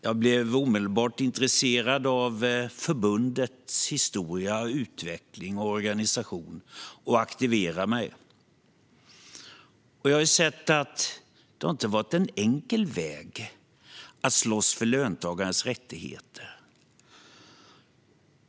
Jag blev omedelbart intresserad av förbundets historia, utveckling och organisation och aktiverade mig. Jag har sett att det inte varit en enkel väg att slåss för löntagares rättigheter.